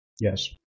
yes